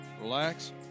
relax